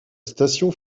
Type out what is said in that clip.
station